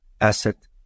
asset